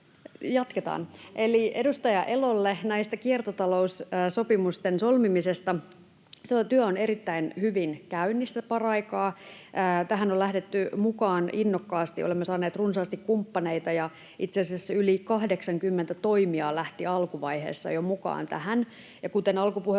Jatketaan. — Eli edustaja Elolle näiden kiertotaloussopimusten solmimisesta: Se työ on erittäin hyvin käynnissä paraikaa. Tähän on lähdetty mukaan innokkaasti. Olemme saaneet runsaasti kumppaneita, ja itse asiassa yli 80 toimijaa lähti jo alkuvaiheessa mukaan tähän. Kuten alkupuheenvuorossani